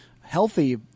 healthy